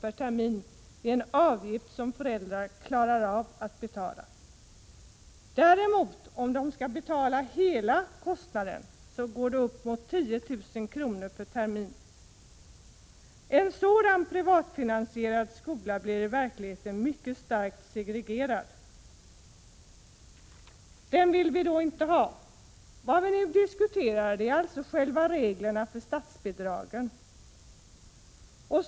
per termin klarar föräldrarna av att betala. Om man däremot skulle betala hela kostnaden, skulle avgifterna gå upp till 10 000 kr. per termin. En sådan privatfinansierad skola skulle i verkligheten bli mycket starkt segregerad. Den vill vi inte ha. Vi diskuterar alltså själva reglerna för statsbidraget.